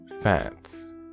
Fats